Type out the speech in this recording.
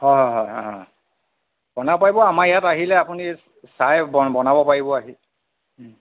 হয় হয় অ' বনাব পাৰিব আমাৰ ইয়াত আহিলে আপুনি চাই বনাব পাৰিব আহি